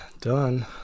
Done